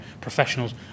professionals